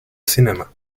cinema